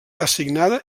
assignada